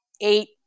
eight